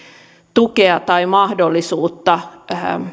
tukea tai mahdollisuutta